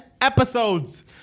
episodes